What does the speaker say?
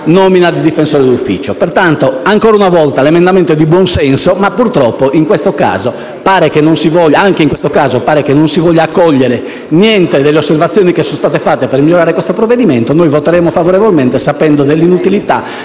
nomina del difensore d'ufficio. Pertanto, ancora una volta l'emendamento è di buon senso, ma, purtroppo, anche in questo caso pare che non si voglia accogliere alcuna delle osservazioni fatte per migliorare il provvedimento. Noi voteremo favorevolmente, pur sapendo che l'emendamento